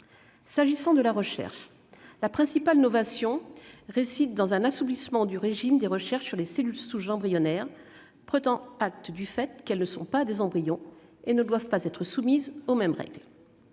S'agissant de la recherche, la principale novation réside dans un assouplissement du régime des recherches sur lescellules souches embryonnaires : il est pris acte que, n'étant pas des embryons, elles ne doivent pas être soumises aux mêmes règles.